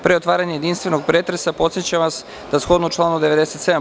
Pre otvaranja jedinstvenog pretresa podsećam vas da shodno članu 97.